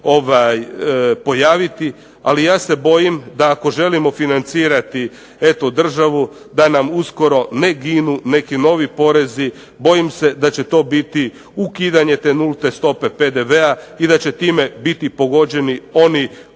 pojaviti. Ali ja se bojim da ako želimo financirati državu da nam uskoro ne ginu neki novi porezi, bojim se da će to biti ukidanje te nulte stope PDV-a i da će time biti pogođeni oni